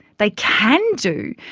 they can do.